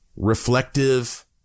reflective